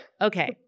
okay